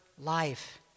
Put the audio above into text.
life